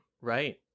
right